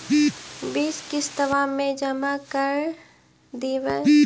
बिस किस्तवा मे जमा कर देवै?